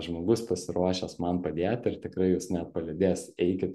žmogus pasiruošęs man padėti ir tikrai jus net palydės eikit